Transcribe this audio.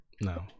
No